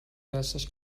دستش